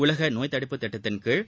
உலக நோய்த் தடுப்புத் திட்டத்தின்கீழ்